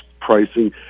pricing